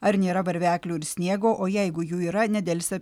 ar nėra varveklių ir sniego o jeigu jų yra nedelsiant